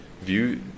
view